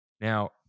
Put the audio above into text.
Now